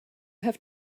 have